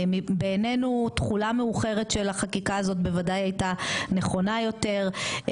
בעינינו תחולה מאוחרת של החקיקה הזאת בוודאי הייתה נכונה יותר,